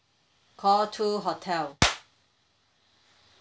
call two hotel